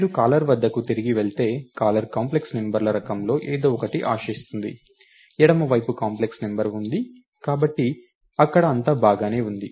మీరు కాలర్ వద్దకు తిరిగి వెళితే కాలర్ కాంప్లెక్స్ నంబర్ల రకంలో ఏదో ఒకటి ఆశిస్తుంది ఎడమ వైపు కాంప్లెక్స్ నంబర్ ఉంది కాబట్టి అక్కడ అంతా బాగానే ఉంది